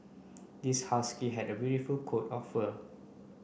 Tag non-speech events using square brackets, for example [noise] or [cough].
this husky had a [unintelligible] coat of fur